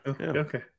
Okay